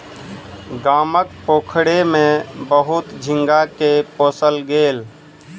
गामक पोखैर में बहुत झींगा के पोसल गेल